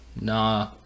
Nah